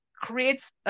creates